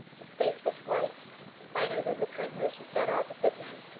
his face was white whiter than the prisoner's who sat opposite him,